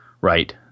right